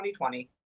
2020